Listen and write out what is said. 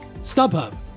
StubHub